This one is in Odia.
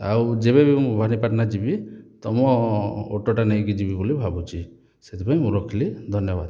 ଆଉ ଯେବେ ବି ମୁଁ ଭବାନୀପାଟଣା ଯିବି ତମ ଅଟୋଟା ନେଇକି ଯିବି ବୋଲି ଭାବୁଛି ସେଥିପାଇଁ ମୁଁ ରଖିଲି ଧନ୍ୟବାଦ